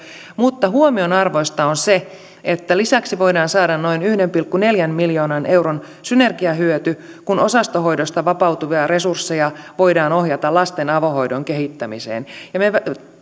mutta huomionarvoista on se että lisäksi voidaan saada noin yhden pilkku neljän miljoonan euron synergiahyöty kun osastohoidosta vapautuvia resursseja voidaan ohjata lasten avohoidon kehittämiseen